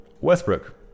Westbrook